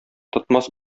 тотмас